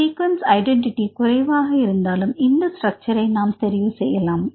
sequence identity குறைவாக இருந்தாலும் இந்த ஸ்ட்ரக்சர்சை நாம் தெரிவு செய்யலாம்